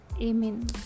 Amen